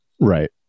Right